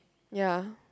ya